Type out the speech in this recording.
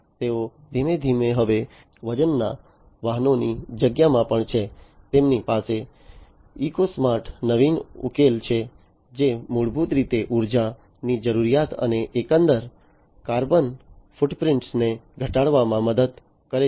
તેઓ ધીમે ધીમે હળવા વજનના વાહનોની જગ્યામાં પણ છે તેમની પાસે ઇકો સ્માર્ટ નવીન ઉકેલ છે જે મૂળભૂત રીતે ઊર્જાની જરૂરિયાત અને એકંદર કાર્બન ફૂટપ્રિન્ટને ઘટાડવામાં મદદ કરે છે